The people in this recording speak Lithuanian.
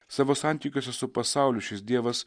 savo santykiuose su pasauliu šis dievas